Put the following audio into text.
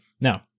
Now